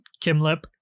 Kimlip